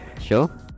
Sure